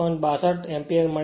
62 ampere મળે છે